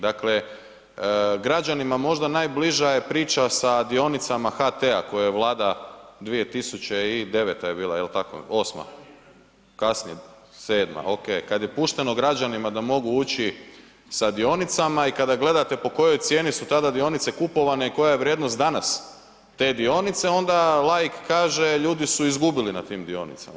Dakle, građanima možda najbliža priča je sa dionicama HT-a koje je Vlada 2009. je bila jel tako 2008., kasnije 2007., ok, kada je pušteno građanima da mogu ući sa dionicama i kada gledate po kojoj cijeni su tada dionice kupovane i koja je vrijednost danas te dionice onda laik kaže ljudi su izgubili na tim dionicama.